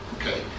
Okay